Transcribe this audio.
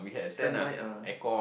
standby ah